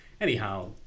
Anyhow